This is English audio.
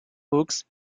books